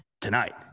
tonight